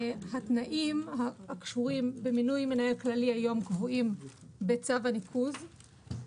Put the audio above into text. התנאים הקשורים במינוי מנהל כללי היום קבועים בצו הניקוז,